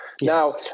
Now